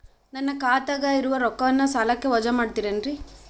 ನನ್ನ ಖಾತಗ ಇರುವ ರೊಕ್ಕವನ್ನು ಸಾಲಕ್ಕ ವಜಾ ಮಾಡ್ತಿರೆನ್ರಿ?